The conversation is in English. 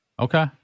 Okay